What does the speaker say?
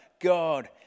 God